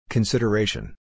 Consideration